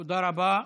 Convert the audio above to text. תודה רבה.